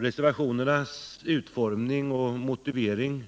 Reservationernas utformning och motivering